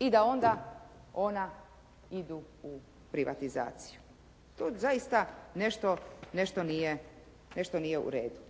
i da onda ona idu u privatizaciju. Tu zaista nešto nije u redu.